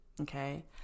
okay